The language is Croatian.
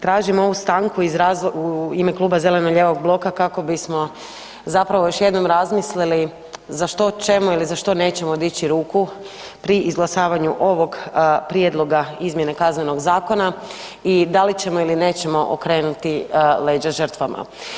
Tražim ovu stanku u ime kluba zeleno-lijevog bloka kako bi smo zapravo još jednom razmislili za što ćemo ili za što nećemo dići ruku pri izglasavanju ovog prijedloga izmjene Kaznenog zakona i da li ćemo ili nećemo okrenuti leđa žrtvama.